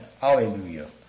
Hallelujah